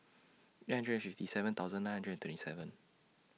eight hundred fifty seven thousand nine hundred and twenty seven